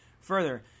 Further